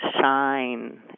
shine